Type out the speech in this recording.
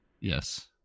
Yes